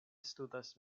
studas